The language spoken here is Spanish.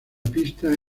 pista